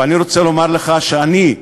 ואני רוצה לומר לך שאני,